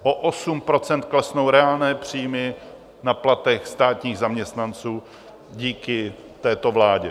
O 8 % klesnou reálné příjmy na platech státních zaměstnanců díky této vládě.